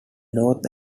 north